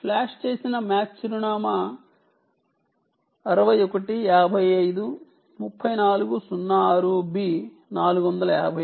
flash చేసిన MAC address 61 553406 b 454